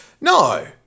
No